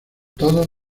todos